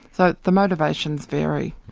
so the motivations vary.